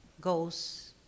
goes